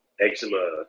eczema